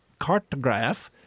cartograph